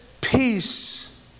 peace